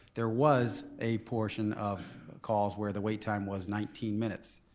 there was a portion of calls where the wait time was nineteen minutes,